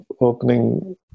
opening